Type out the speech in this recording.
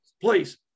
please